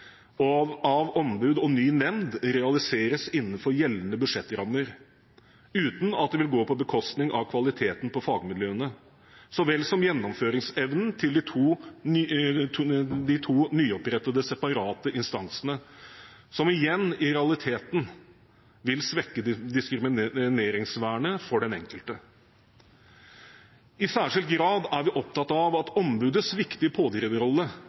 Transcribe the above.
av ombud og ny nemnd realiseres innenfor gjeldende budsjettrammer uten at det vil gå på bekostning av kvaliteten på fagmiljøene så vel som gjennomføringsevnen til de to nyopprettede separate instansene, noe som igjen i realiteten vil svekke diskrimineringsvernet for den enkelte. I særskilt grad er vi opptatt av at ombudets viktige pådriverrolle